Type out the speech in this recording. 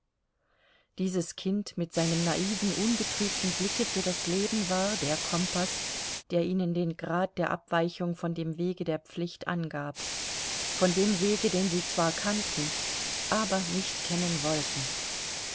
dieses kind mit seinem naiven ungetrübten blicke für das leben war der kompaß der ihnen den grad der abweichung von dem wege der pflicht angab von dem wege den sie zwar kannten aber nicht kennen wollten